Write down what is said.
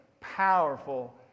powerful